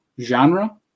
genre